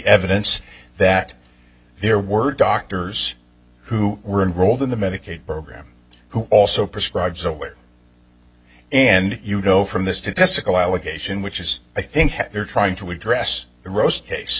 evidence that there were doctors who were enrolled in the medicaid program who also prescribes aware and you go from the statistical allegation which is i think you're trying to address the roast cas